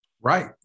Right